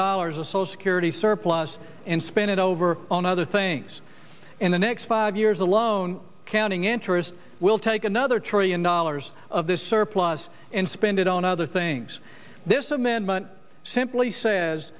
dollars of so security surplus and spend it over on other things in the next five years alone counting interest we'll take another trillion dollars of this surplus and spend it on other things this amendment simply says